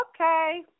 okay